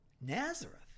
Nazareth